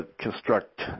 construct